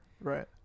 Right